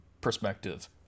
perspective